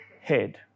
head